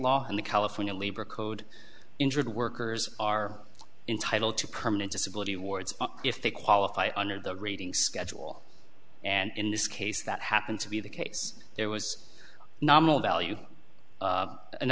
law and the california labor code injured workers are entitled to permanent disability awards if they qualify under the grading schedule and in this case that happened to be the case there was a nominal value